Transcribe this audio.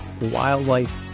wildlife